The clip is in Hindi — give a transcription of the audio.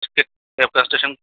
उसके